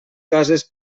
cases